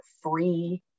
free